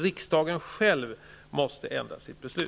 Riksdagen måste själv ändra sitt beslut.